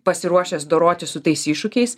pasiruošęs dorotis su tais iššūkiais